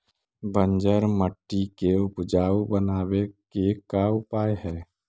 बंजर मट्टी के उपजाऊ बनाबे के का उपाय है?